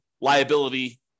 liability